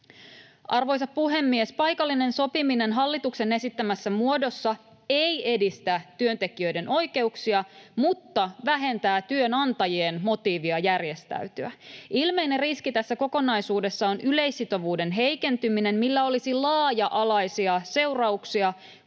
Arvoisa puhemies! Paikallinen sopiminen hallituksen esittämässä muodossa ei edistä työntekijöiden oikeuksia, mutta vähentää työnantajien motiivia järjestäytyä. Ilmeinen riski tässä kokonaisuudessa on yleissitovuuden heikentyminen, millä olisi laaja-alaisia seurauksia